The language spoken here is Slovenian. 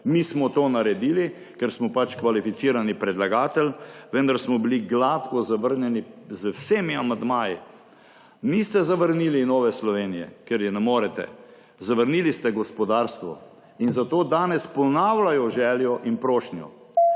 Mi smo to naredili, ker smo pač kvalificirani predlagatelj, vendar smo bili gladko zavrnjeni z vsemi amandmaji. Niste zavrnili Nove Slovenije, ker je ne morete. Zavrnili ste gospodarstvo. Zato danes ponavljajo željo in prošnjo.